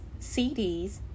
CDs